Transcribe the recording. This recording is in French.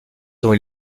dont